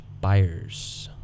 buyers